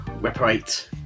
Reparate